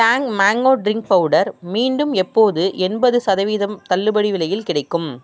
Tang mango drink powder மீண்டும் எப்போது எண்பது சதவீதம் தள்ளுபடி விலையில் கிடைக்கும்